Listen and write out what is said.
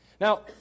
Now